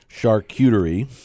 charcuterie